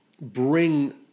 bring